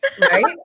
Right